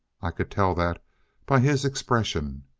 i could tell that by his expression.